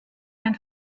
ein